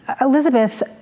Elizabeth